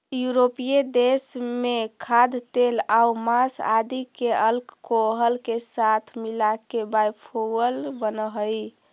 यूरोपीय देश में खाद्यतेलआउ माँस आदि के अल्कोहल के साथ मिलाके बायोफ्यूल बनऽ हई